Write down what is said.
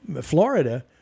Florida